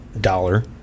dollar